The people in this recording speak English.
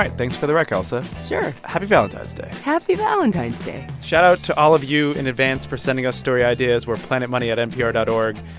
thanks for the rec, ailsa sure happy valentine's day happy valentine's day shout out to all of you in advance for sending us story ideas. we're planetmoney at npr dot o r g.